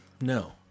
No